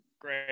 Great